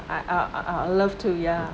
I I I'd love to ya